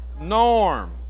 norm